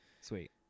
Sweet